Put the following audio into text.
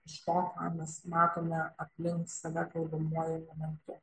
iš to ką mes matome aplink save kalbamuoju momentu